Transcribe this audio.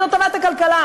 כי זאת טובת הכלכלה,